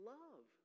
love